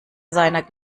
seiner